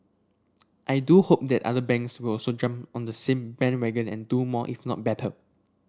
I do hope that other banks will also jump on the same bandwagon and do more if not better